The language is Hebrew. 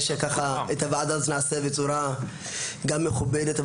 שאת הוועדה הזאת נעשה בצורה גם מכובדת,